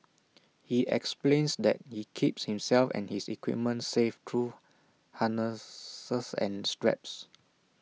he explains that he keeps himself and his equipment safe through harnesses and straps